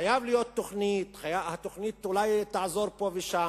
חייבת להיות תוכנית, התוכנית אולי תעזור פה ושם,